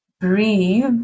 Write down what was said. breathe